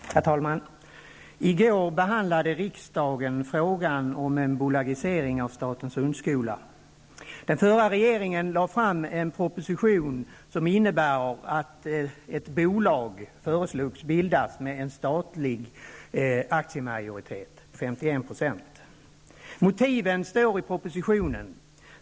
Herr talman! I går behandlade riksdagen frågan om en bolagisering av statens hundskola. Den förra regeringen lade fram en proposition som innebär att ett bolag med en statlig aktiemajoritet, 51 %, bildas. Motiven återfinns i propositionen.